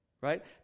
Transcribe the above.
right